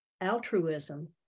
altruism